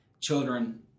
children